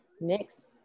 next